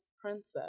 Princess